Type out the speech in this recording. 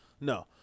No